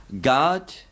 God